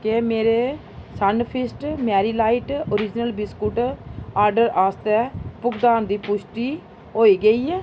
क्या मेरे Sunfeast Marie light original biscuit आर्डरै आस्तै भुगतान दी पुश्टि होई गेई ऐ